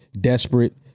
desperate